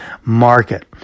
market